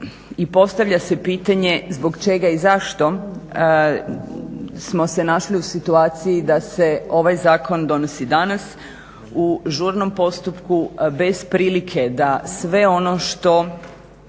i postavlja se pitanje zbog čega i zašto smo se našli u situaciji da se ovaj zakon donosi danas u žurnom postupku bez prilike da sve ono što